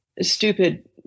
stupid